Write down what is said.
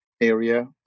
area